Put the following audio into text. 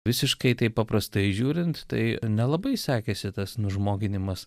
visiškai taip paprastai žiūrint tai nelabai sekėsi tas nužmoginimas